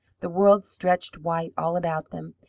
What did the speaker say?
the world stretched white all about them,